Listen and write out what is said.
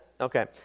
Okay